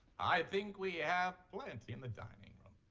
i think we have plenty in the dining